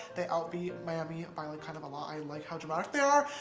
they out beat miami by like, kind of a lot. i and like how dramatic they are,